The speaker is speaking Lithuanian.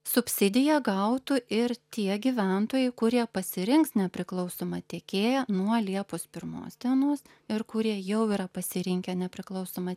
subsidiją gautų ir tie gyventojai kurie pasirinks nepriklausomą tiekėją nuo liepos pirmos dienos ir kurie jau yra pasirinkę nepriklausomą